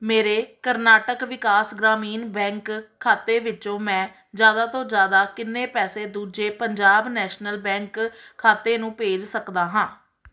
ਮੇਰੇ ਕਰਨਾਟਕ ਵਿਕਾਸ ਗ੍ਰਾਮੀਣ ਬੈਂਕ ਖਾਤੇ ਵਿੱਚੋ ਮੈਂ ਜ਼ਿਆਦਾ ਤੋਂ ਜ਼ਿਆਦਾ ਕਿੰਨੇ ਪੈਸੇ ਦੂਜੇ ਪੰਜਾਬ ਨੈਸ਼ਨਲ ਬੈਂਕ ਖਾਤੇ ਨੂੰ ਭੇਜ ਸਕਦਾ ਹਾਂ